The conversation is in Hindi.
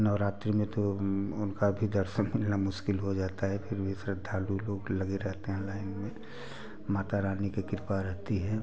नौरात्रि में तो उनका भी दर्शन मिलना मुश्किल हो जाता है फिर भी श्रद्धालु लोग लगे रहते हैं लाइन में माता रानी के कृपा रहती है